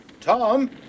Tom